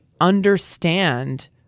understand